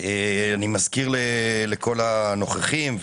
אני מזכיר לכל הנוכחים,